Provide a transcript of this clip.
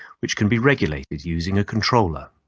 which can be regulated using a controller.